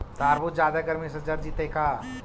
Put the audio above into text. तारबुज जादे गर्मी से जर जितै का?